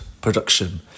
production